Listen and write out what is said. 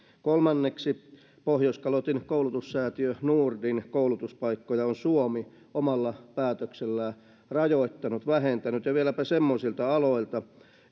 kolmanneksi pohjoiskalotin koulutussäätiö nordin koulutuspaikkoja on suomi omalla päätöksellään rajoittanut vähentänyt ja vieläpä semmoisilta aloilta